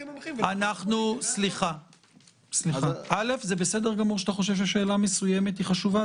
זה בסדר גמור שאתה חושב ששאלה מסוימת היא חשובה,